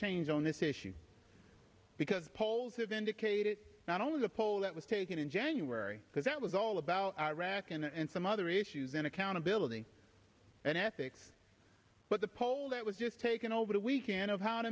change on this issue because polls have indicated not only the poll that was taken in january because that was all about iraq and some other issues in accountability and ethics but the poll that was just taken over the weekend of how t